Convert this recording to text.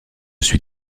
suis